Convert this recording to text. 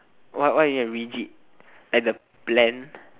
why why you have rigid like the plan